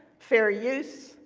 fair use,